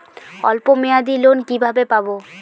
অল্প মেয়াদি লোন কিভাবে পাব?